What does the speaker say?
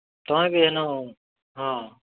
ତୁମେ ବି ଇନ ହଁ